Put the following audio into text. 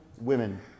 women